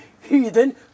heathen